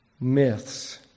myths